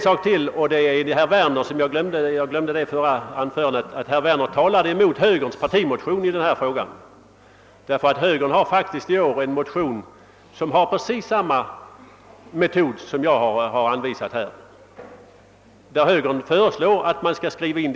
Jag glömde i mitt föregående anförande att framhålla för herr Werner att han talade emot högerns partimotion i denna fråga, eftersom högern i år faktiskt har väckt en motion, i vilken föreslås precis samma metod som den av mig anvisade, nämligen att skriva in ett förbud i grundlagen.